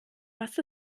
was